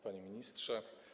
Panie Ministrze!